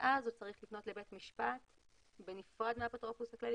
ואז הוא צריך לפנות לבית משפט בנפרד מהאפוטרופוס הכללי,